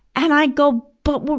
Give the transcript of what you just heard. and i'd go, but, we're,